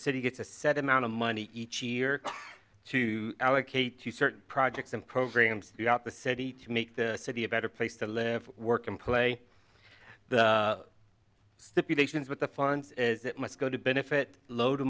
city gets a set amount of money each year to allocate to certain projects and programs throughout the city to make the city a better place to live work and play the stipulations with the funds that must go to benefit low to